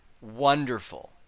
wonderful